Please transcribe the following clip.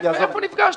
איפה נפגשתם,